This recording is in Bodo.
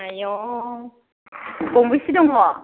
आयौ गंबैसे दङ